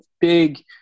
big